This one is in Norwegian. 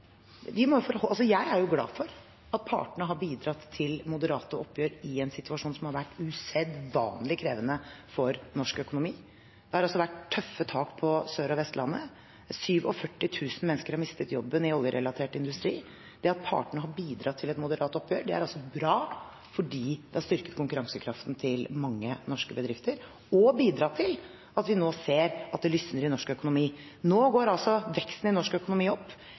Jeg er glad for at partene har bidratt til moderate oppgjør i en situasjon som har vært usedvanlig krevende for norsk økonomi. Det har også vært tøffe tak på Sør- og Vestlandet. 47 000 mennesker har mistet jobben i oljerelatert industri. Det at partene har bidratt til et moderat oppgjør, er bra fordi det har styrket konkurransekraften til mange norske bedrifter og bidratt til at vi nå ser at det lysner i norsk økonomi. Nå går veksten i norsk økonomi opp,